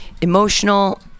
Emotional